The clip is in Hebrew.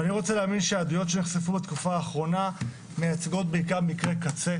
אני רוצה להאמין שהעדויות שנחשפו בתקופה האחרונה מייצגות בעיקר מקרי קצה